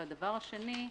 הדבר השני,